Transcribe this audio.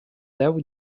deu